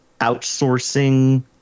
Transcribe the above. outsourcing